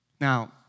Now